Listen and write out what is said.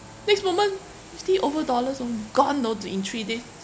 next moment fifty over dollars all gone orh during three days